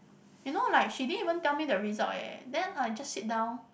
you know like she didn't even tell me the results eh then I just sit down